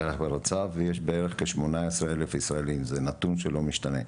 טייח ורצף יש בערך 18,000 ישראליים זה נתון שלא משתנה,